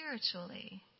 spiritually